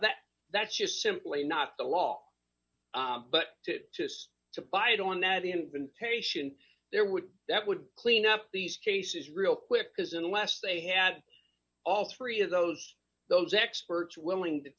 that that's just simply not the law but to just to buy it on that in been patient there would that would clean up these cases real quick because unless they had all three of those those experts willing to